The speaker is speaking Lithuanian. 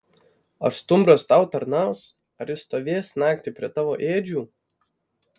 ar stumbras tau tarnaus ar jis stovės naktį prie tavo ėdžių